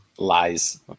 lies